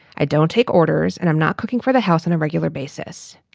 i don't take orders and i'm not cooking for the house on a regular basis.